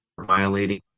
violating